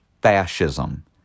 fascism